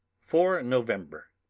four november.